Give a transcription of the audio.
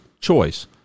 choice